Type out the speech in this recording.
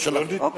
לא שלח תשובה.